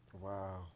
Wow